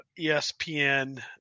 ESPN